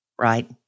Right